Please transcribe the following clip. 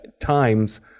times